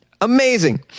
amazing